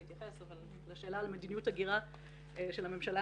אני אתייחס אבל לשאלה על מדיניות ההגירה של הממשלה,